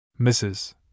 Mrs